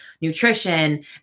nutrition